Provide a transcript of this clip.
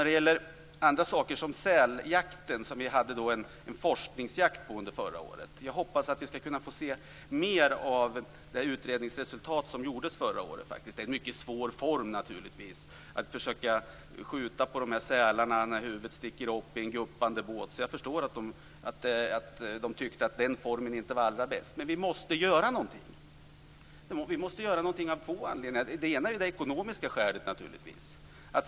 Det bedrevs en forskningsjakt på säl under förra året. Jag hoppas att vi skall kunna få se mer av utredningsresultatet från förra året. Detta är naturligtvis en mycket svår form av jakt - att från en guppande båt försöka skjuta på sälarnas huvuden som sticker upp. Jag förstår att man tyckte att den här formen inte var den allra bästa. Men vi måste göra någonting! Vi måste göra någonting av två anledningar. Den ena är det ekonomiska skälet.